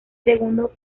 segundo